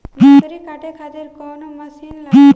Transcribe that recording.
मसूरी काटे खातिर कोवन मसिन लागी?